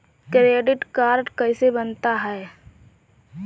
Credit card कैसे बनता है?